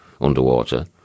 underwater